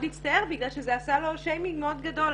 הצטער כי זה עשה לו שיימינג מאוד גדול,